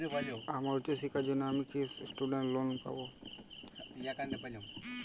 আমার উচ্চ শিক্ষার জন্য আমি কি স্টুডেন্ট লোন পাবো